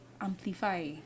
amplify